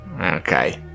okay